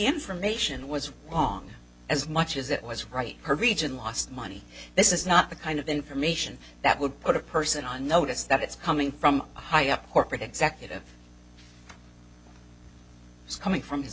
information was wrong as much as it was right her region lost money this is not the kind of information that would put a person on notice that it's coming from a high up corporate executive it's coming from his